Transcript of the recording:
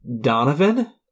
Donovan